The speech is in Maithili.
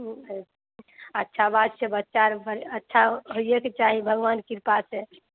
हूँ छै अच्छा बात छै बच्चा आर अच्छा होइएक चाही भगवान कृपा से